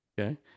Okay